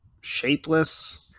shapeless